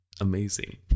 amazing